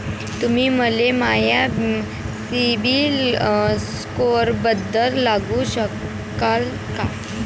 तुम्ही मले माया सीबील स्कोअरबद्दल सांगू शकाल का?